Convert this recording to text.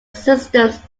systems